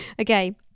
okay